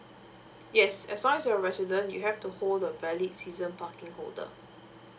yes as long as you're resident you have to hold a valid season parking holder